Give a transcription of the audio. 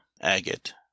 Agate